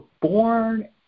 born